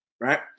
right